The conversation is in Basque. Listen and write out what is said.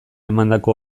emandako